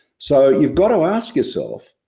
so you've got to ask yourself,